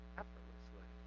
effortlessly